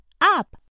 up